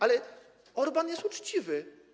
Ale Orbán jest uczciwy.